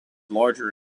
larger